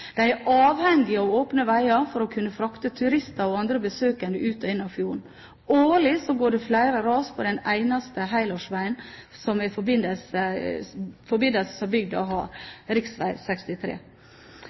De er avhengig av åpne veier for å kunne frakte turister og andre besøkende ut og inn av fjorden. Årlig går det flere ras på den eneste helårsveien som er